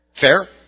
Fair